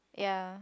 ya